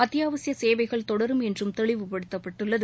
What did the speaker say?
அத்தியாவசிய சேவைகள் தொடரும் என்றும் தெளிவுபடுத்தப்பட்டுள்ளது